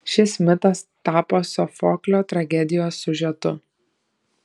šis mitas tapo sofoklio tragedijos siužetu